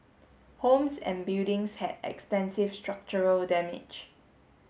homes and buildings had extensive structural damage